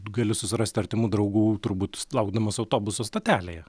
gali susirast artimų draugų turbūt laukdamas autobuso stotelėje